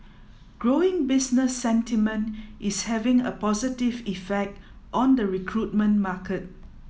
growing business sentiment is having a positive effect on the recruitment market